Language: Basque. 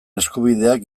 eskubideak